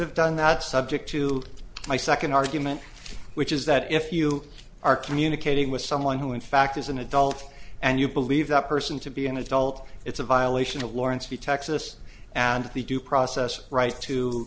have done that subject to my second argument which is that if you are communicating with someone who in fact is an adult and you believe that person to be an adult it's a violation of lawrence v texas and the due process right to